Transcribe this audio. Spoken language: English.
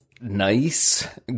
nice